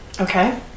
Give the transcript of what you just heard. okay